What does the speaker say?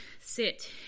sit